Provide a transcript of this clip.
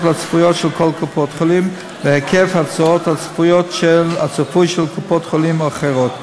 הצפויות של כל קופת-חולים להיקף ההוצאות הצפוי של קופות-החולים האחרות,